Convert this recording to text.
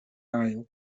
ail